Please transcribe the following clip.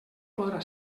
podrà